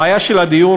הבעיה של הדיור,